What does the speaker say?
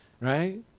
right